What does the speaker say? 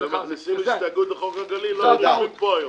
-- והיינו מכניסים הסתייגות בחוק הגליל לא היינו יושבים פה היום.